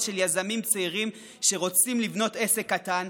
של יזמים צעירים שרוצים לבנות עסק קטן,